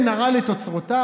נעל את אוצרותיו,